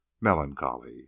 melancholy